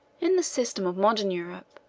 in the system of modern europe,